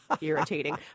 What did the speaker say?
irritating